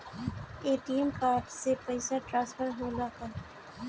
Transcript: ATM card से पैसा transfer होला का?